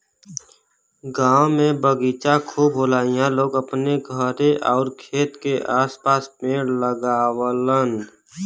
गांव में बगीचा खूब होला इहां लोग अपने घरे आउर खेत के आस पास पेड़ लगावलन